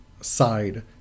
side